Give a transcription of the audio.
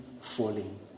falling